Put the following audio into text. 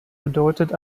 bedeutet